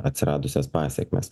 atsiradusias pasekmes